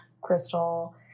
crystal